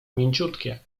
mięciutkie